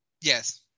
Yes